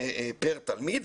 פר תלמיד,